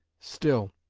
still,